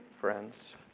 friends